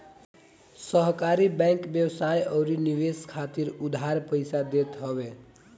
सहकारी बैंक व्यवसाय अउरी निवेश खातिर उधार पईसा देत हवे